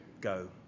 go